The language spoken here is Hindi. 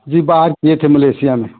जी बाहर किये थे मलेशिया में